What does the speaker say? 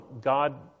God